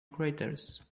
craters